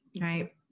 right